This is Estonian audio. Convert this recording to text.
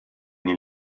nii